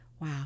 Wow